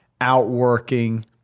outworking